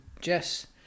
Jess